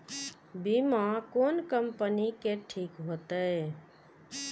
बीमा कोन कम्पनी के ठीक होते?